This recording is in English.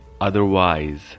otherwise